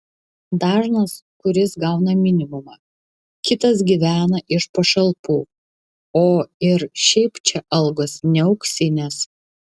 dažnas kuris gauna minimumą kitas gyvena iš pašalpų o ir šiaip čia algos ne auksinės